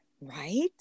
right